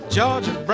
Georgia